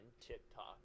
TikTok